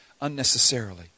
unnecessarily